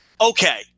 Okay